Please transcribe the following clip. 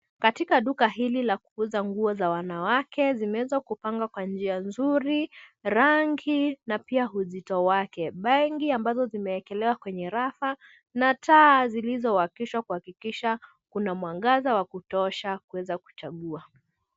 Katika duka hili la kuuza nguo za wanawake, zimeweza kupangwa kwa njia nzuri, rangi na pia uzito wake. Begi ambazo zimekwa kwenye rafu na taa zilizowakishwa kuhakikisha kuna mwangaza wa kutosha kuweza kuchagua.